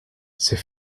c’est